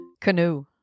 Canoe